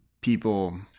people